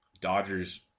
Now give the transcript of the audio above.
Dodgers